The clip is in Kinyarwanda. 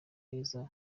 heza